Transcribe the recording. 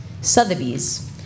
Sotheby's